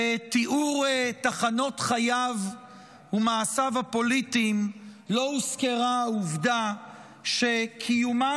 בתיאור תחנות חייו ומעשיו הפוליטיים לא הוזכרה העובדה שקיומה